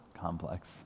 Complex